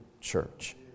church